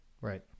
Right